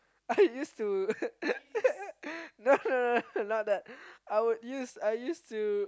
I used to no no no not that I would use I used to